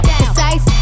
precise